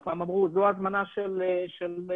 לפ"מ אמרו שזו ההזמנה של המשרד,